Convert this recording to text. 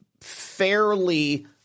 fairly